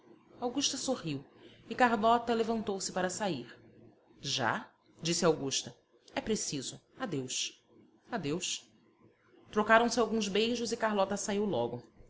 augusta sorriu e carlota levantou-se para sair já disse augusta é preciso adeus adeus trocaram se alguns beijos e carlota saiu logo